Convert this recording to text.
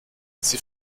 sie